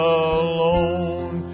alone